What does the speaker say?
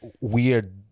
weird